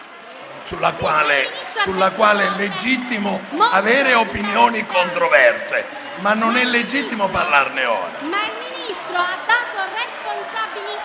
sulla quale è legittimo avere opinioni controverse, ma non è legittimo parlarne ora.